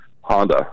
Honda